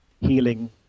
healing